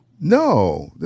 No